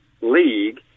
league